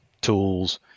tools